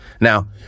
Now